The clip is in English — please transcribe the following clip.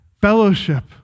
fellowship